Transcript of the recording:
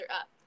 up